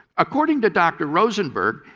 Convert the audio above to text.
according to dr. rosenberg,